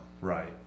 Right